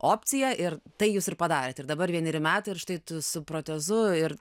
opciją ir tai jūs ir padarėt ir dabar vieneri metai ir štai tu su protezu ir